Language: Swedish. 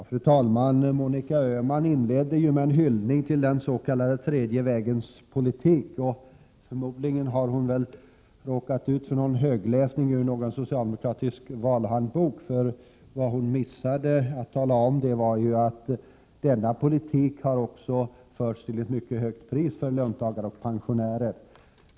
Fru talman! Monica Öhman inledde ju med en hyllning till den s.k. tredje vägens politik. Förmodligen har hon råkat ut för en högläsning ur någon socialdemokratisk valhandbok, för vad hon missade att tala om var att denna politik har förts till ett mycket högt pris för löntagare och pensionärer.